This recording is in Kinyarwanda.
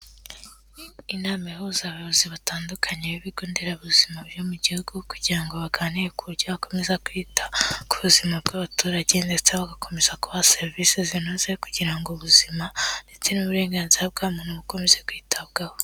Inama ihuza abayobozi batandukanye b'ibigonderabuzima byo mu gihugu kugira ngo baganire ku buryo bakomeza kwita ku buzima bw'abaturage ndetse bagakomeza gubaha serivisi zinoze kugira ngo ubuzima ndetse n'uburenganzira bwa muntu bukomeze kwitabwaho.